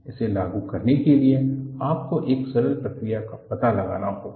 इसे लागू करने के लिए आपको एक सरल प्रक्रिया का पता लगाना होगा